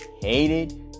hated